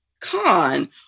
con